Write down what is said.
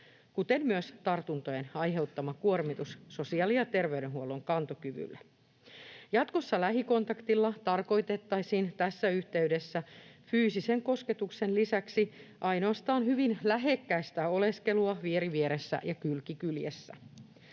kuten myös tartuntojen aiheuttama kuormitus sosiaali- ja terveydenhuollon kantokyvylle. Jatkossa lähikontaktilla tarkoitettaisiin tässä yhteydessä fyysisen kosketuksen lisäksi ainoastaan hyvin lähekkäistä oleskelua vieri vieressä ja kylki kyljessä.